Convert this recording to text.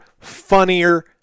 funnier